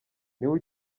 niwe